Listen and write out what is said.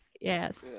yes